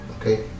okay